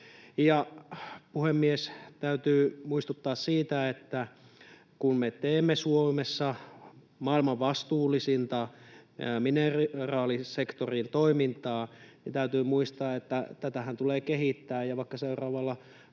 Puhemies! Täytyy muistuttaa siitä, että kun me teemme Suomessa maailman vastuullisinta mineraalisektorin toimintaa, niin täytyy muistaa, että tätähän tulee kehittää ja vaikka seuraavalla